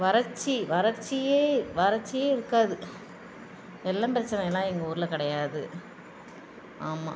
வறட்சி வறட்சியே வறட்சியே இருக்காது வெள்ளம் பிரச்சினை எல்லாம் எங்கள் ஊரில் கிடையாது ஆமாம்